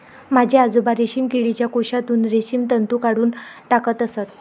माझे आजोबा रेशीम किडीच्या कोशातून रेशीम तंतू काढून टाकत असत